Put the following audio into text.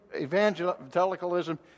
evangelicalism